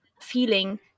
feeling